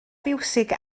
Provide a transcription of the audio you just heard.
fiwsig